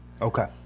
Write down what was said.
Okay